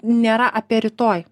nėra apie rytoj